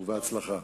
בהצלחה.